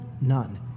None